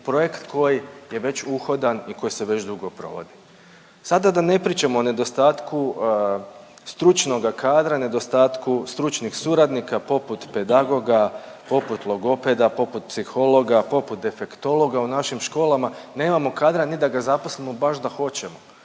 projekt koji je već uhodan i koji se već dugo provodi. Sada da ne pričamo o nedostatku stručnoga kadra, nedostatku stručnih suradnika poput pedagoga, poput logopeda, poput psihologa, poput defektologa u našim školama, nemamo kadra ni da ga zaposlimo baš da hoćemo,